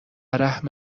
رحم